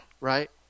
Right